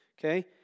okay